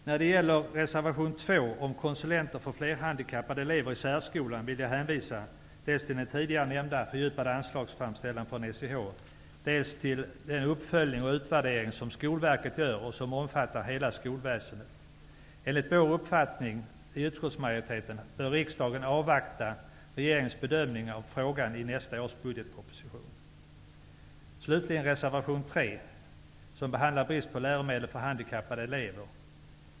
När det gäller reservation nr 2 om konsulenter för flerhandikappade elever i särskolan vill jag hänvisa dels till den tidigare nämnda fördjupade anslagsframställan från SIH, dels till den uppföljning och utvärdering som Skolverket gör och som omfattar hela skolväsendet. Enligt utskottsmajoritetens uppfattning bör riksdagen avvakta regeringens bedömning av frågan i nästa års budgetproposition. I reservation nr 3 behandlas brist på läromedel för handikappade elever.